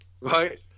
Right